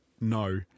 no